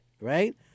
right